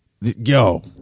Yo